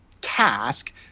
task